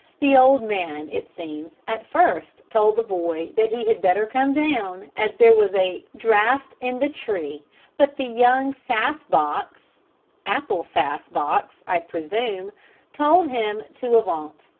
the old man, it seems, at first told the boy that he had better come down, as there was a draught in the tree but the young sass-box apple-sass-box, i presume told him to avaunt.